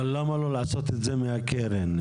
למה לא לעשות את זה מהקרן?